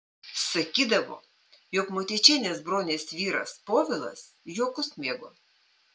sakydavo jog motiečienės bronės vyras povilas juokus mėgo